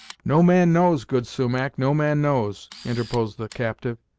no man knows, good sumach, no man knows, interposed the captive.